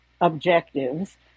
objectives